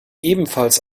ebenfalls